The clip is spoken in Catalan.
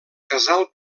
casal